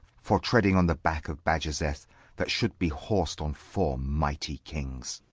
for treading on the back of bajazeth, that should be horsed on four mighty kings.